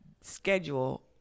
schedule